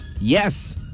yes